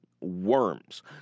worms